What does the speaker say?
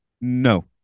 No